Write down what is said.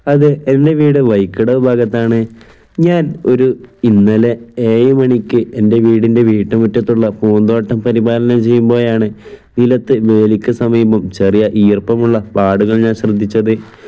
അത് എൻ്റെ വീട് വഴിക്കടവ് ഭാഗത്താണ് ഞാൻ ഒരു ഇന്നലെ ഏഴ് മണിക്ക് എൻ്റെ വീടിൻ്റെ വീട്ടുമുറ്റത്തുള്ള പൂന്തോട്ടം പരിപാലനം ചെയ്യുമ്പോഴാണ് നിലത്ത് വേലിക്ക് സമീപം ചെറിയ ഈർപ്പമുള്ള പാടുകൾ ഞാൻ ശ്രദ്ധിച്ചത്